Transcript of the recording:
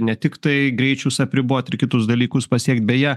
ne tiktai greičius apribot ir kitus dalykus pasiekt beje